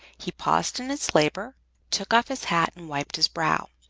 he paused in his labor took off his hat, and wiped his brow.